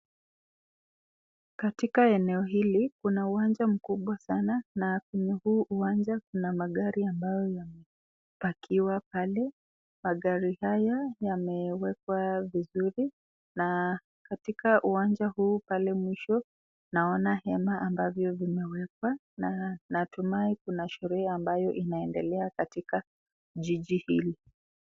Katika eneo hili kuna uwanja mkubwa sana, na kwenye huu uwanja kuna magari ambayo yamepakiwa pale. Magari haya yamewekwa vizuri, na katika uwanja huu pale mwisho naona hema ambavyo vimewekwa na natumai kuna sherehe ambayo inaendelea katika jiji hili.